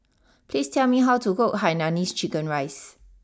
please tell me how to cook Hainanese Chicken Rice